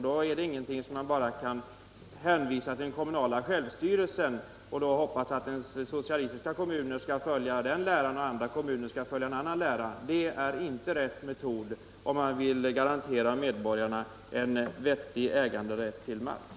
Då kan man inte bara hänvisa till den kommunala självstyrelsen och hoppas att socialistiska kommuner skall följa en lära, medan andra kommuner följer en annan lära. Det är inte rätt metod om man vill garantera medborgarna en vettig äganderätt till mark.